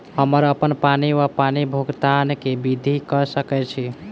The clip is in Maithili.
हम्मर अप्पन पानि वा पानि बिलक भुगतान केँ विधि कऽ सकय छी?